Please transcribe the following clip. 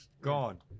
gone